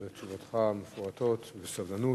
על תשובותיך המפורטות, בסבלנות,